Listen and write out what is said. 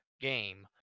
game